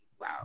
wow